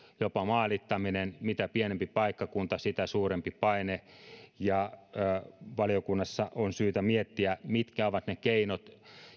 jopa maalittaminen mitä pienempi paikkakunta sitä suurempi paine valiokunnassa on syytä miettiä mitkä ovat ne keinot